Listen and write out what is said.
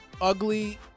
ugly